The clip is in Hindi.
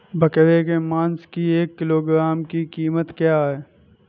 बकरे के मांस की एक किलोग्राम की कीमत क्या है?